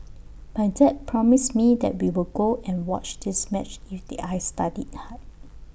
my dad promised me that we will go and watch this match if did I studied hard